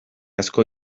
asko